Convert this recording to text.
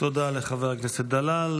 תודה לחבר הכנסת דלל.